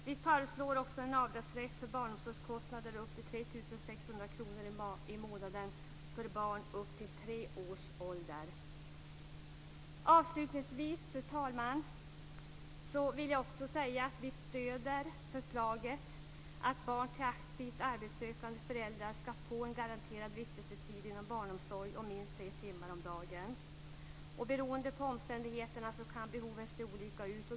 Vi föreslår också en avdragsrätt för barnomsorgskostnader upp till Fru talman! Avslutningsvis vill jag säga att vi stöder förslaget att barn till aktivt arbetssökande föräldrar ska få en garanterad vistelsetid inom barnomsorg om minst tre timmar om dagen. Beroende på omständigheterna kan behoven se olika ut.